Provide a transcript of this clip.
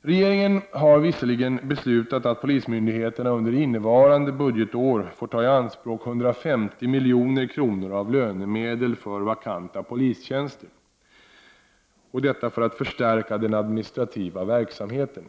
Regeringen har visserligen beslutat att polismyndigheterna under innevarande budgetår får ta i anspråk 150 milj.kr. av lönemedel för vakanta polistjänster för att förstärka den administrativa verksamheten.